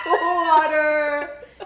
Water